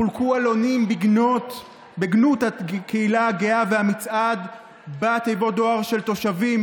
חולקו עלונים בגנות הקהילה הגאה והמצעד בתיבות דואר של תושבים.